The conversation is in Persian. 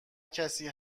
کسی